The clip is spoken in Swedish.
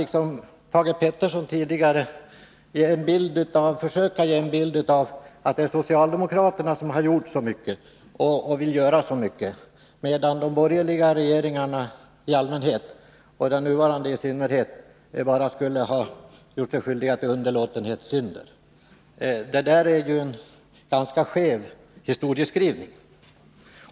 Liksom Thage Peterson försökte Arne Nygren framställa det som om det är socialdemokraterna som har åstadkommit så mycket och som vill göra så mycket, medan de borgerliga regeringarna i allmänhet och den nuvarande i synnerhet bara har gjort sig skyldiga till underlåtenhetssynder. Det är en ganska skev historieskrivning.